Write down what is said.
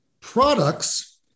products